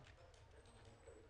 ולוסיטי בע"מ).